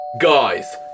Guys